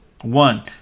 One